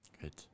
Good